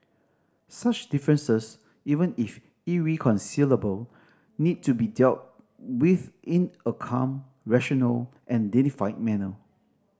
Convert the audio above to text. such differences even if irreconcilable need to be dealt with in a calm rational and dignified manner